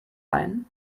ein